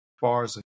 bars